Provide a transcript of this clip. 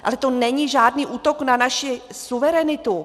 Ale to není žádný útok na naši suverenitu.